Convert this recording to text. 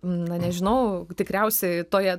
na nežinau tikriausiai toje